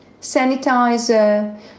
sanitizer